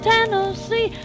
Tennessee